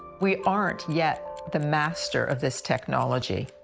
we aren't yet the master of this technology.